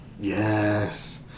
Yes